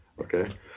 Okay